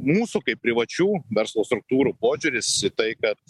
mūsų kaip privačių verslo struktūrų požiūris į tai kad